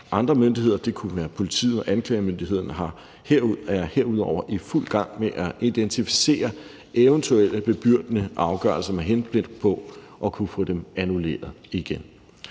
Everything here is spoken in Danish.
Andre myndigheder – det kunne være politiet og anklagemyndigheden – er herudover i fuld gang med at identificere eventuelle bebyrdende afgørelser med henblik på at kunne få dem annulleret.